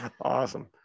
awesome